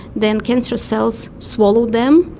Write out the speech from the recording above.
then cancerous cells swallow them,